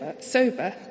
sober